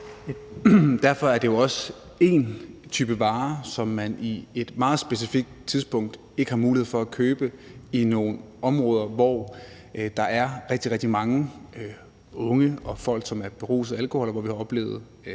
Derfor er det jo også én type varer, som man på et meget specifikt tidspunkt ikke har mulighed for at købe i nogle områder, hvor der er rigtig, rigtig mange unge og folk, som er beruset af alkohol, og hvor vi har oplevet